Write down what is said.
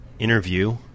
interview